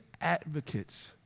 advocates